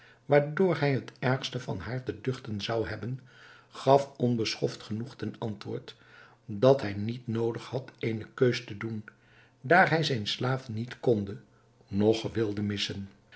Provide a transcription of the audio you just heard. waardoor hij het ergste van haar te duchten zou hebben gaf onbeschoft genoeg ten antwoord dat hij niet noodig had eene keus te doen daar hij zijn slaaf niet konde noch wilde missen